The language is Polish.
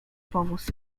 powóz